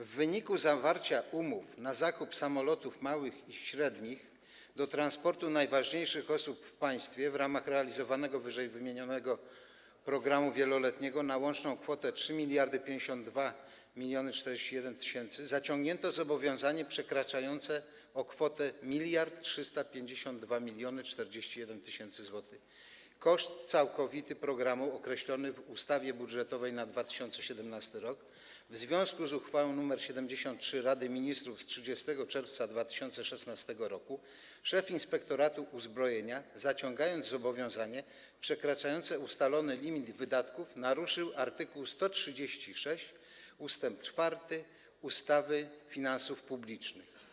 W wyniku zawarcia umów na zakup samolotów małych i średnich do transportu najważniejszych osób w państwie w ramach realizowanego ww. programu wieloletniego na łączną kwotę 3 052 041 tys. zaciągnięto zobowiązanie przekraczające o kwotę 1 352 041 tys. zł koszt całkowity programu określony w ustawie budżetowej na 2017 r. w związku z uchwałą nr 73 Rady Ministrów z 30 czerwca 2016 r. Szef Inspektoratu Uzbrojenia, zaciągając zobowiązanie przekraczające ustalony limit wydatków, naruszył art. 136 ust. 4 ustawy o finansach publicznych.